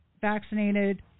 vaccinated